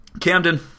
Camden